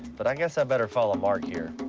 but i guess i better follow marc here.